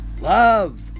Love